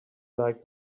like